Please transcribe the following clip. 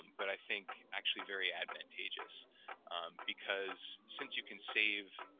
but i think actually very advantageous because since you can save